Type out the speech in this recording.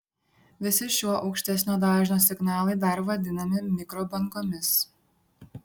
visi šiuo aukštesnio dažnio signalai dar vadinami mikrobangomis